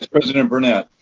president burnett?